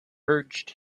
urged